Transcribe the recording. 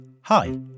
Hi